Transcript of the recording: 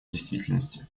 действительности